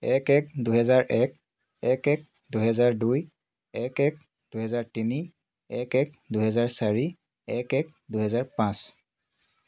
এক এক দুহেজাৰ এক এক এক দুহেজাৰ দুই এক এক দুহেজাৰ তিনি এক এক দুহেজাৰ চাৰি এক এক দুহেজাৰ পাঁচ